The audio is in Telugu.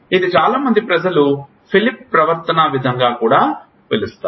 ఇది చాలా మంది ప్రజలు ఫిలిప్ ప్రవర్తనా విధానం గా పిలుస్తారు